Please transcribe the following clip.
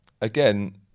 Again